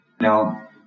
Now